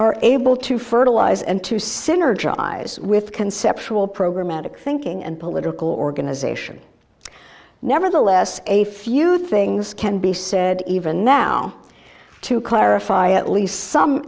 are able to fertilise and to synergize with conceptual programatic thinking and political organization nevertheless a few things can be said even now to clarify at least some